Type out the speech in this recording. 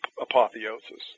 apotheosis